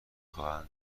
خواهد